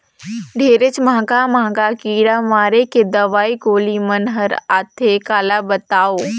ढेरेच महंगा महंगा कीरा मारे के दवई गोली मन हर आथे काला बतावों